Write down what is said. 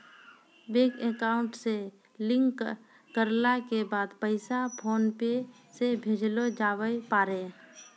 bank account से link करला के बाद पैसा फोनपे से भेजलो जावै पारै